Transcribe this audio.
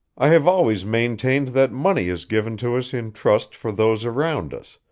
i have always maintained that money is given to us in trust for those around us,